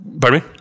Pardon